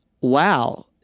wow